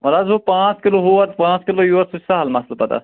وَلہٕ حظ وۄنۍ پانٛژھ کِلوٗ ہور پانٛژھ کِلوٗ یور سُہ چھُ سہل مسلہٕ پتہٕ آسان